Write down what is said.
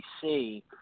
see